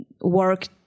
work